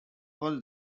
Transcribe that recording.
was